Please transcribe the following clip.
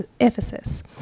Ephesus